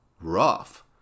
rough